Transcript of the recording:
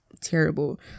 terrible